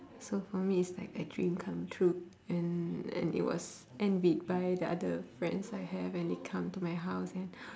so for me it's like a dream come true and and it was envied by the other friends I have when they come to my house and